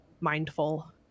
mindful